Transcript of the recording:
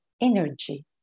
energy